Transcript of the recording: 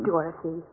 Dorothy